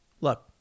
look